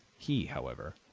he, however,